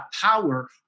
power